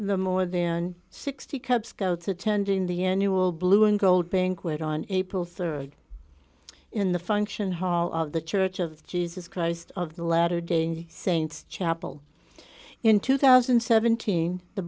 the more than sixty cub scouts attending the annual blue and gold banquet on april rd in the function hall of the church of jesus christ of the latter day saints chapel in two thousand and seventeen the